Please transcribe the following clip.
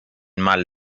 mal